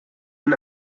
ein